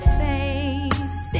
face